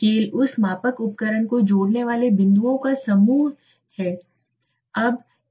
scale उस मापक उपकरण को जोड़ने वाले बिंदुओं का संयुक्त समूह है